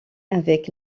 avec